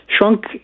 shrunk